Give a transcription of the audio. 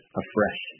afresh